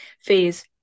Phase